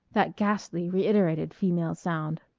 that ghastly reiterated female sound.